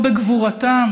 הגרדום